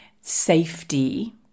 safety